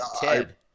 Ted